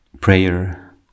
prayer